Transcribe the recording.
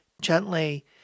gently